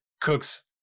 cooks